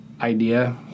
idea